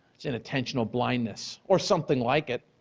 it's inattentional blindness or something like it.